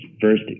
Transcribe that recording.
first